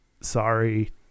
Sorry